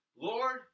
Lord